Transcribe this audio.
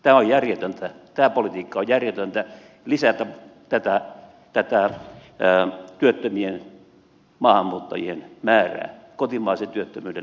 tämä on järjetöntä tämä politiikka on järjetöntä lisätä tätä työttömien maahanmuuttajien määrää kotimaisen työttömyyden lisäksi